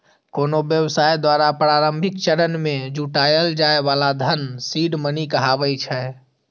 कोनो व्यवसाय द्वारा प्रारंभिक चरण मे जुटायल जाए बला धन सीड मनी कहाबै छै